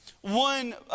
One